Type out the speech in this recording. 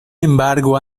embargo